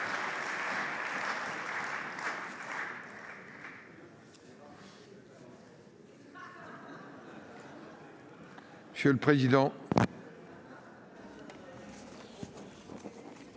Monsieur le président,